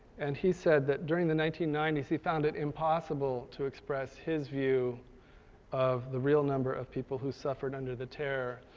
and he said that during the nineteen ninety s he found it impossible to express his view of the real number of people who suffered under the terror,